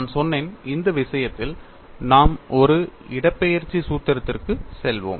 நான் சொன்னேன் இந்த விஷயத்தில் நாம் ஒரு இடப்பெயர்ச்சி சூத்திரத்திற்கு செல்வோம்